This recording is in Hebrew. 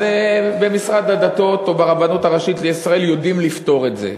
אז במשרד הדתות או ברבנות הראשית לישראל יודעים לפתור את זה.